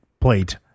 plate